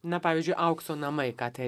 na pavyzdžiu aukso namai ką tai